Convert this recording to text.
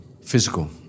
physical